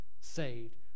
saved